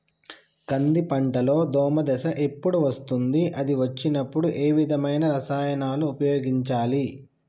కంది పంటలో దోమ దశ ఎప్పుడు వస్తుంది అది వచ్చినప్పుడు ఏ విధమైన రసాయనాలు ఉపయోగించాలి?